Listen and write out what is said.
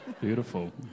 Beautiful